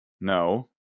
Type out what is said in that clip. No